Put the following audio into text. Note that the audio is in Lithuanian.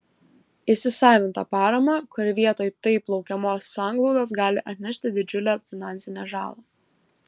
įsisavintą paramą kuri vietoj taip laukiamos sanglaudos gali atnešti didžiulę finansinę žalą